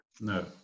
no